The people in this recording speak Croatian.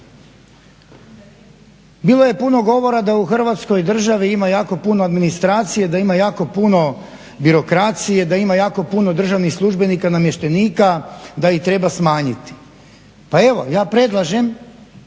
bilo je puno govora da u Hrvatskoj državi ima jako puno administracije, da ima jako puno birokracije, da ima jako puno državnih službenika, namještenika, da ih treba smanjiti. Pa evo ja predlažem